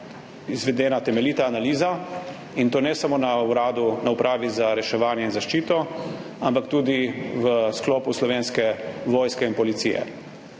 izvedena temeljita analiza in to ne samo na Upravi za zaščito in reševanje, ampak tudi v sklopu Slovenske vojske in Policije.